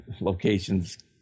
locations